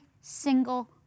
single